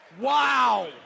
Wow